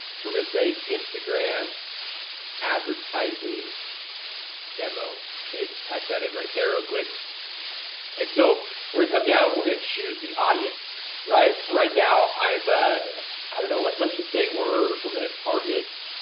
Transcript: so we're gonna say instagram advertising demo, okay, just type that in right there real quick and so where he come down we're gonna choose the audience right for right now i'm ah i don't know let's let's just say we're we're gonna target,